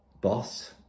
boss